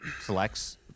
selects